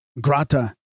Grata